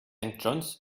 john’s